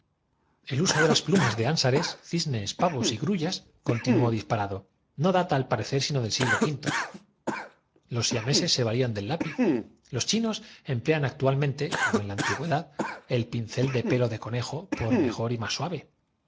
el uso de las plumas de ánsares cisnes pavos y grullascontinuó disparadono data al parecer sino del siglo quinto los siameses se valían del lápiz los chinos emplean actualmente como en la antigüedad el pincel de pelo de conejo por mejor y más suave